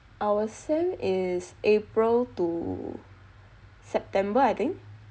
our sem is april to september I think